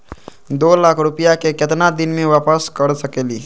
दो लाख रुपया के केतना दिन में वापस कर सकेली?